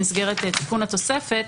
במסגרת תיקון התוספת,